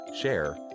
share